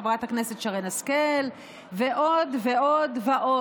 חברת הכנסת שרון השכל ועוד ועוד.